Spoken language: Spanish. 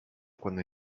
cuando